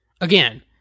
Again